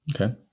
Okay